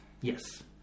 Yes